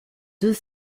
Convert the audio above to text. deux